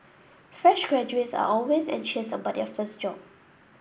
fresh graduates are always anxious about their first job